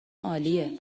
عالیه